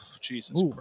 Jesus